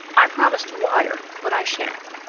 i promised to wire, but i shan't.